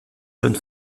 jeune